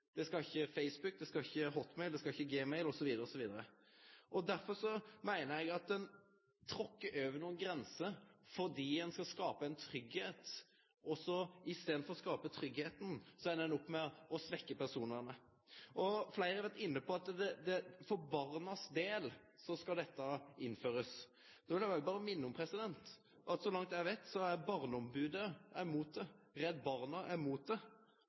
Skype skal ikkje overvakast eller lagrast. Det skal ikkje Facebook, det skal ikkje Hotmail, det skal ikkje Gmail osv. osv. Derfor meiner eg at ein tråkkar over nokre grenser fordi ein skal skape ein tryggleik, og i staden for å skape den tryggleiken endar ein opp med å svekkje personvernet. Fleire har vore inne på at for barnas del skal dette innførast. Lat meg òg berre minne om at så langt eg veit, er barneombodet imot det, Redd Barna er imot det,